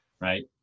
right